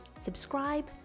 subscribe